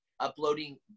uploading